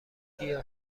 گیاه